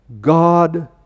God